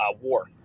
war